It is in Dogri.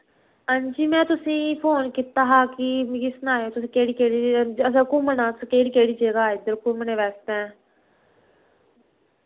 हां जी मैं तुसें गी फोन कीता हा कि मिगी सनाएओ तुस केह्ड़ी केह्ड़ी अच्छा घूमन अस केह्ड़ी केह्ड़ी जगह इद्धर घूमने बास्तै